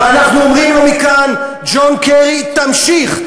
ואנחנו אומרים לו מכאן: ג'ון קרי, תמשיך.